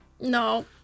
No